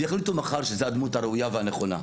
ויחליטו מחר שזה הדמות הראויה והנכונה.